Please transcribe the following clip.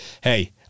hey